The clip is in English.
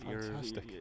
Fantastic